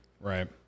Right